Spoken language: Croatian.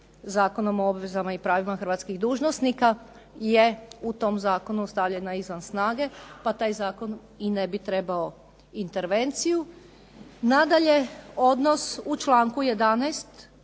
Zakonom o obvezama i pravima hrvatskih dužnosnika je u tom zakonu stavljena izvan snage, pa taj zakon i ne bi trebao intervenciju. Nadalje, odnos u članku 11.